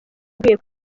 aguye